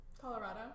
Colorado